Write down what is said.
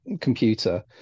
computer